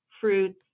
fruits